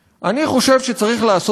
וצריך לעשות גם מהלך שני.